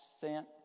sent